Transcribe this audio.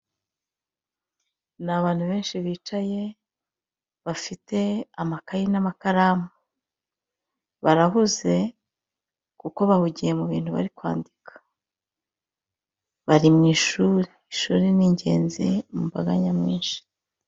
Ni abantu benshi bicaye bafite amakayi n'amakaramu, barahuze kuko bahugiye mu bintu bari kwandika, bari mu ishuri, ishuri ni ingenzi mu mbaga nyamwinshi.